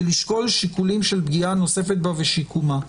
ולשקול שיקולים של פגיעה נוספת בה ושיקומה.